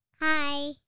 Hi